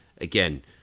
Again